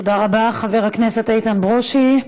תודה רבה, חבר הכנסת איתן ברושי.